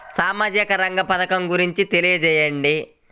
సామాజిక రంగ పథకం గురించి తెలియచేయండి?